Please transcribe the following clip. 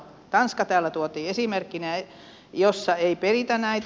tanska täällä tuotiin esimerkkinä jossa ei peritä näitä